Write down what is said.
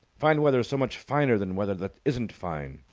fine weather's so much finer than weather that isn't fine,